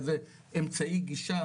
אמצעי גישה,